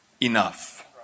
enough